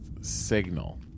signal